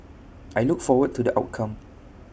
I look forward to the outcome